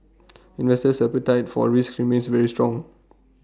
investors appetite for risk remains very strong